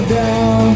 down